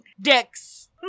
Dicks